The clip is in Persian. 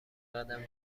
قدم